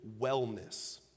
wellness